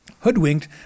hoodwinked